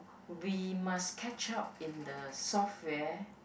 we must catch up in the software